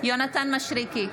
יונתן מישרקי,